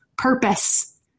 Purpose